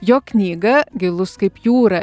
jo knygą gilus kaip jūra